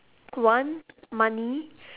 one money